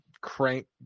crank